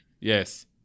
Yes